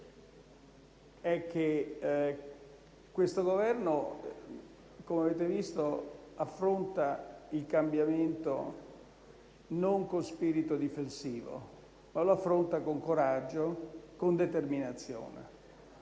è che questo Governo, come avete visto, affronta il cambiamento non con spirito difensivo, ma con coraggio e con determinazione.